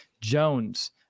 Jones